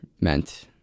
meant